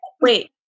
Wait